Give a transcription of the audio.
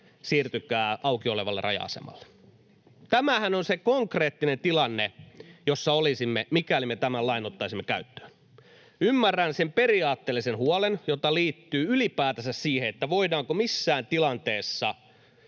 siirtykää auki olevalle raja-asemalle. Tämähän on se konkreettinen tilanne, jossa olisimme, mikäli me tämän lain ottaisimme käyttöön. Ymmärrän sen periaatteellisen huolen, joka liittyy ylipäätänsä siihen, voidaanko missään tilanteessa